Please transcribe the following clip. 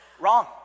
Wrong